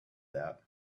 that